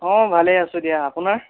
অঁ ভালে আছোঁ দিয়া আপোনাৰ